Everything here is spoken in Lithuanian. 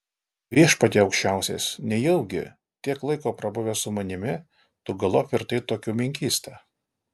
viešpatie aukščiausias nejaugi tiek laiko prabuvęs su manimi tu galop virtai tokiu menkysta